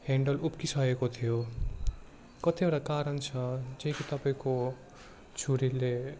handle उक्किसकेको थियो कतिवटा कारण छ जो कि तपाईँको छुरीले